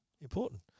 important